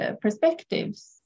perspectives